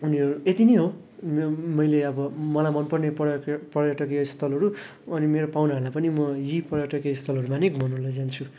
उनीहरू यति नै हो मैले अब मलाई मनपर्ने पर्यटकीय स्थलहरू अनि मेरो पाहुनाहरूलाई पनि म यी पर्यटकीय स्थलहरूमा नै घुमाउनु लैजान्छु